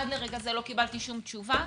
עד עתה לא קיבלתי תשובה,